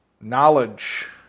knowledge